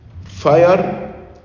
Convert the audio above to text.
fire